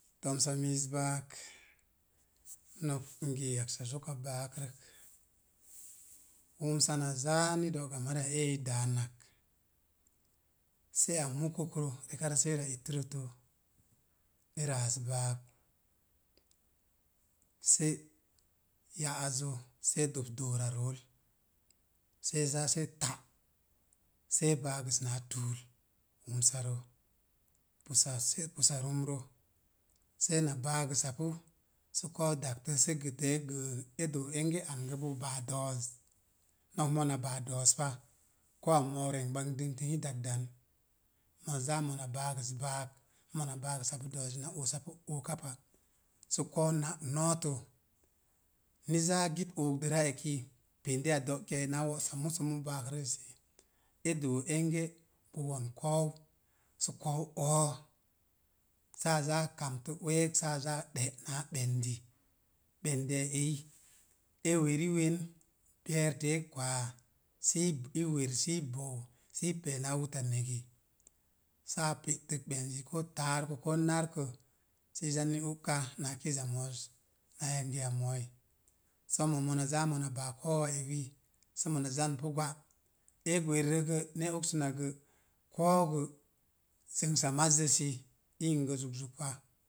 Tomsa miis baak, nok n gee yaksa zoka baak rək. Wumsa na zaa ni do̱'ga mariya eei i dáanak, sé a mukokrə rekarə se'a ittərəttə, e raas baak. Se'ya'azə see dəp do̱o̱ra rool, see zaa see ta', see baagəs naa tuul wumsarə. Kusa sé kusa ruma, see na baagəsapu sə ko̱o̱u dagtə see gətəə gəə e doo enge an gə bo ba do̱o̱z, nok mona baa do̱o̱z pa, ko̱o̱a moou re̱ngban dəntəyi dagdan. Mona zaa mona baagəs baak sə mona baagəsa do̱o̱zi na oosapu ookapa, sə koou na nootə, ni zaa git ook de̱ra eki, pendeya do̱'kiyai naa wo̱'sa musə mu baarə esi, e do enge bo wo̱n ko̱o̱u, sə koou o'o sə a zaa kamtə weeg saa zaa ɗé na ɓendi. Ɓendiya eyi e weriwen, beerti e kwaa sii wer sii buu sii pe̱e̱ naa wuta ne̱gi. Saa pe'tək ɓenzi koo taaruko koo narko sii zanni o'ka naa kiiza mooz naa yangiya moo. Sommo mona zaa mona baa koowa ewi sə mona zanpu gwa, ee gwerirə gə ni e oksənak gə, koobi gə, zəngsa mazzəssi, yingə zuk zuk pa